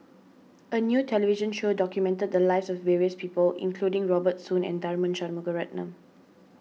a new television show documented the lives of various people including Robert Soon and Tharman Shanmugaratnam